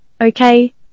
Okay